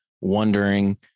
wondering